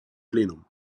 plenum